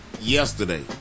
yesterday